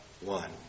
one